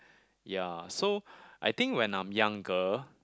ya so I think when I'm younger